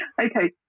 Okay